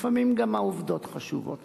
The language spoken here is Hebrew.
לפעמים גם העובדות חשובות.